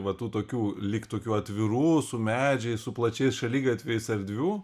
va tų tokių lyg tokių atvirų su medžiais su plačiais šaligatviais erdvių